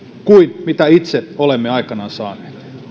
kuin mitä itse olemme aikanaan saaneet